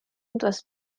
was